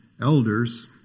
elders